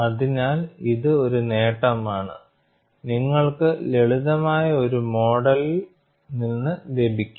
അതിനാൽ ഇത് ഒരു നേട്ടമാണ് നിങ്ങൾക്ക് ലളിതമായ ഒരു മോഡലിൽ നിന്ന് ലഭിക്കും